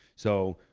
so,